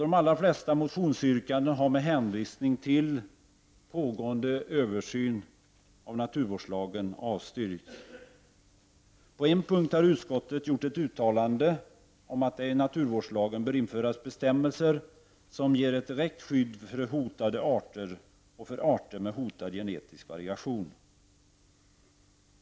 De allra flesta motionsyrkandena har med hänvisning till pågående översyn av naturvårdslagen avstyrkts. På en punkt har utskottet gjort ett uttalande om att det i naturvårdslagen bör införas bestämmelser som ger ett direkt skydd för hotade arter och för arter med hotad genetisk variation.